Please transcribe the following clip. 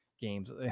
games